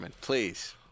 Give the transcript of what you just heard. Please